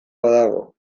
badago